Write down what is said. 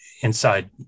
inside